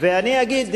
היא נתנה גם למוסד.